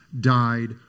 died